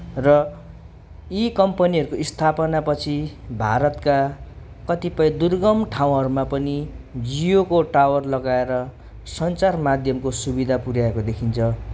र यी कम्पनीहरूको स्थापना पछि भारतका कतिपय दुर्गम ठाउँहरूमा पनि जियोको टावर लगाएर सञ्चार माध्यमको सुविधा पुऱ्याएको देखिन्छ